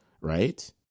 right